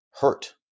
hurt